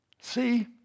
See